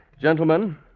Gentlemen